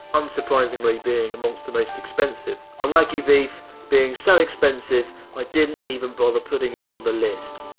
unsurprisingly being amongst the most expensive. and wagyu beef being so expensive i didn't even bother putting it the list.